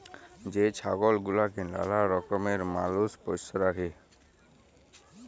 যে ছাগল গুলাকে লালা কারলে মালুষ পষ্য রাখে